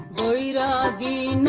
da da da